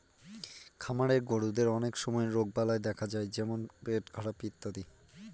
খামারের গরুদের অনেক সময় রোগবালাই দেখা যায় যেমন পেটখারাপ ইত্যাদি